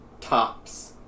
Tops